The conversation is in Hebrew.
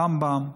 רמב"ם,